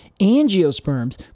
Angiosperms